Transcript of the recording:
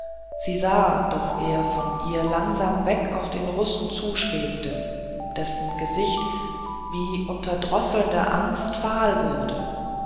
sie sah daß er von ihr langsam weg auf den russen zuschwebte dessen gesicht wie unter drosselnder angst fahl wurde